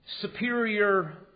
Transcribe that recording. superior